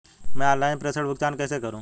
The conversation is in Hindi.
मैं ऑनलाइन प्रेषण भुगतान कैसे करूँ?